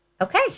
Okay